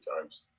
times